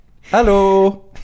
Hello